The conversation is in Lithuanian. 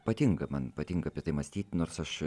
patinka man patinka apie tai mąstyt nors aš